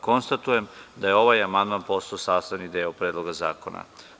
Konstatujem da je ovaj amandman postao sastavni deo Predloga zakona.